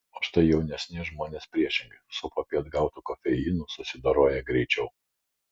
o štai jaunesni žmonės priešingai su popiet gautu kofeinu susidoroja greičiau